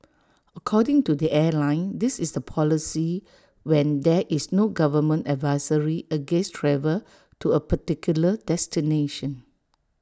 according to the airline this is the policy when there is no government advisory against travel to A particular destination